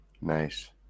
Nice